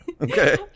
okay